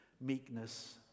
meekness